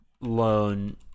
loan